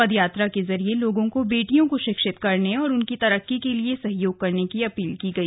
पदयात्रा के जरिए लोगों को बेटियों को शिक्षित करने और उनकी तरक्की के लिए सहयोग करने की अपील की गई